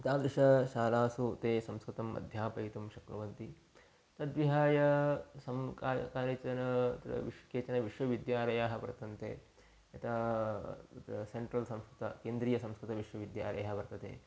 तादृशशालासु ते संस्कृतम् अध्यापयितुं शक्नुवन्ति तद्विहाय सा का कानिचन अत्र विशिष्य केचन विश्वविद्यालयाः वर्तन्ते यथा सेण्ट्रल् संस्कृत केन्द्रीयसंस्कृतविश्वविद्यालयः वर्तते